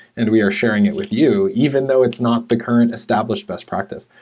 and we are sharing it with you even though it's not the current established best practice.